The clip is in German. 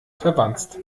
verwanzt